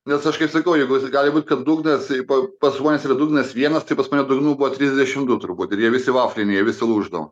nes aš kaip sakau jeigu jis gali būt kad dugnas ypač pas žmones yra dugnas vienas tai pas mane dugnų buvo trisdešim du turbūt ir jie visi vafliniai jie visi lūždavo